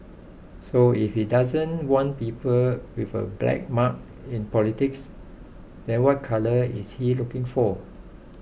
so if he doesn't want people with a black mark in politics then what colour is he looking for